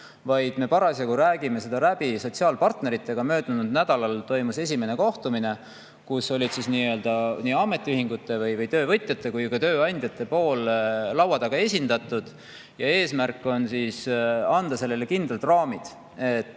vaid me parasjagu räägime seda läbi sotsiaalpartneritega. Möödunud nädalal toimus esimene kohtumine, kus olid nii ametiühingute või töövõtjate kui ka tööandjate pool laua taga esindatud. Eesmärk on anda sellele kindlad raamid.